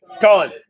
Colin